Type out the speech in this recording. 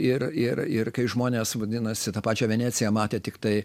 ir ir ir kai žmonės vadinasi tą pačią veneciją matė tiktai